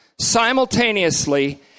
simultaneously